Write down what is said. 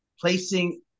placing